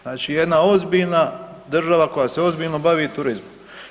Znači jedna ozbiljna država koja se ozbiljno bavi turizmom.